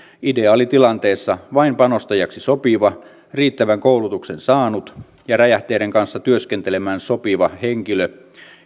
ideaalitilanteessa vain panostajaksi sopiva riittävän koulutuksen saanut ja räjähteiden kanssa työskentelemään sopiva henkilö